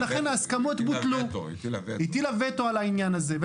הליכוד, יהדות התורה, הציונות הדתית וכל שאר